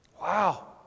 Wow